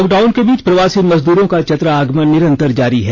lock down के बीच प्रवासी मजदूरों का चतरा आगमन निरंतर जारी है